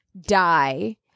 die